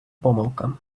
помилка